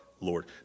Lord